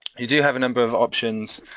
you do have a number of options,